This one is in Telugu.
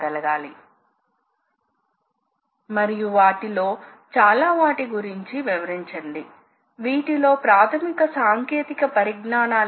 అందుకే మనము వాటి యొక్క డ్రైవ్ ని మరియు CNC డ్రైవ్ లలోని అవసరాలను చూస్తాం